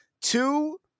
two